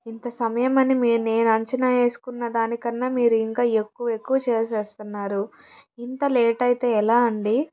ఇంత సమయం అని నేను అంచనా వేసుకున్న దానికన్నా మీరు ఇంకా ఎక్కువ ఎక్కువ చేసేస్తున్నారు ఇంత లేట్ అయితే ఎలా అండి